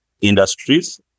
industries